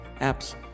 apps